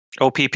OPP